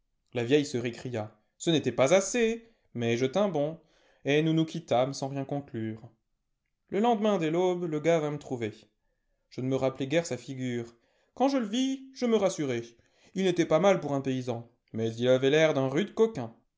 la vieille se récria ce n'était pas assez mais je tins bon et nous nous quittâmes sans rien conclure le lendemain dès l'aube le gars vint me trouver je ne me rappelais guère sa figure quand je le vis je me rassurai il n'était pas mal pour un paysan mais il avait l'air d'un rude coquin